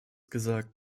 gesagt